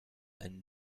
einen